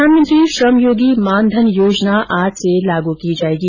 प्रधानमंत्री श्रमयोगी मान धन योजना आज से लागू की जाएगी